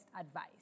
advice